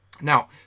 Now